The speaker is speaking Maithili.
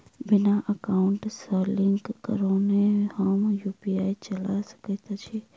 बिना एकाउंट सँ लिंक करौने हम यु.पी.आई चला सकैत छी?